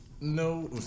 no